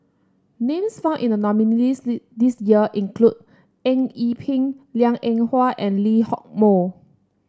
names found in the nominees' list this year include Eng Yee Peng Liang Eng Hwa and Lee Hock Moh